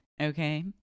okay